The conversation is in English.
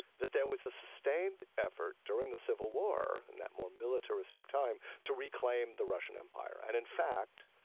that there was a sustained effort during the civil war, in that more militaristic time, to reclaim the russian empire. and in fact,